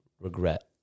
regret